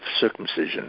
circumcision